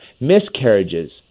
miscarriages